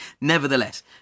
Nevertheless